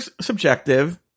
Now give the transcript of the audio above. subjective